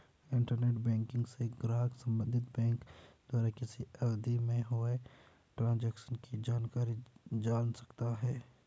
internet banking से ग्राहक संबंधित बैंक द्वारा किसी अवधि में हुए ट्रांजेक्शन की जानकारी जान सकता है